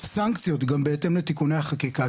סנקציות גם בהתאם לתיקוני החקיקה,